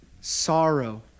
sorrow